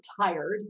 tired